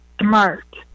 smart